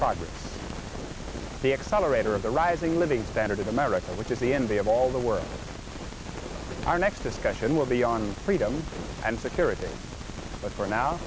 progress the accelerator of the rising living standard of america which is the envy of all the world our next discussion will be on freedom and security but for now